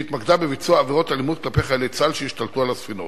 שהתמקדה בביצוע עבירות אלימות כלפי חיילי צה"ל שהשתלטו על הספינות.